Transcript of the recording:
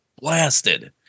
blasted